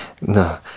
no